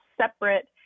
separate